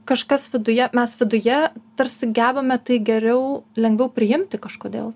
kažkas viduje mes viduje tarsi gebame tai geriau lengviau priimti kažkodėl